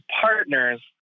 partners